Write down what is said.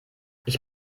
ich